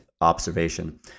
observation